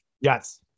Yes